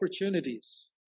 opportunities